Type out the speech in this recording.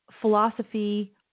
Philosophy